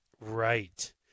Right